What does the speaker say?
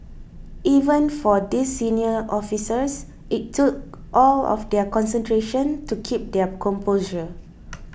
even for these senior officers it took all of their concentration to keep their composure